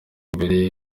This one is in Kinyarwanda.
imbere